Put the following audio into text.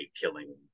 killing